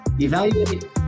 Evaluate